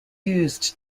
used